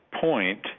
point